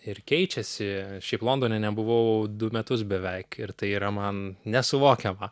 ir keičiasi šiaip londone nebuvau du metus beveik ir tai yra man nesuvokiama